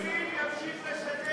מי ימשיך לשדר?